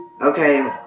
Okay